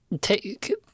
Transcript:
Take